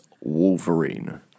Wolverine